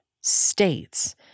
states